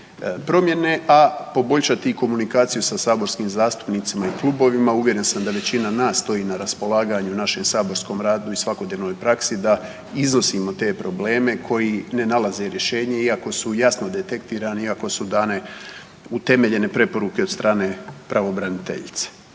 promjene, a poboljšati i komunikaciju sa saborskim zastupnicima i klubovima. Uvjeren sam da većina nas stoji na raspolaganju u našem saborskom radu i svakodnevnoj praksi da iznosimo te probleme koji ne nalaze rješenje, iako su jasno detektirani, iako su dane utemeljene preporuke od strane pravobraniteljice.